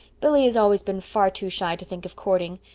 billy has always been far too shy to think of courting.